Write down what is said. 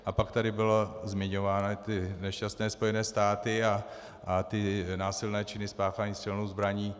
A pak tady byly zmiňovány ty nešťastné Spojené státy a násilné činy spáchané střelnou zbraní.